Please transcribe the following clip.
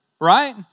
right